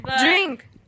Drink